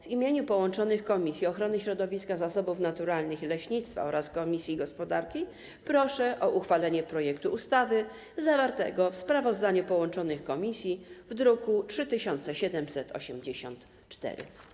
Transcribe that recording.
W imieniu połączonych Komisji Ochrony Środowiska, Zasobów Naturalnych i Leśnictwa oraz Komisji Gospodarki i Rozwoju proszę o uchwalenie projektu ustawy zawartego w sprawozdaniu połączonych komisji w druku nr 3784.